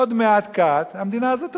עוד מעט קט המדינה הזאת תחוסל,